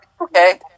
Okay